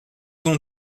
não